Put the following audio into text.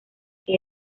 que